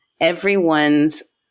everyone's